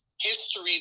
history